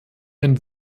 ein